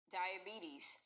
diabetes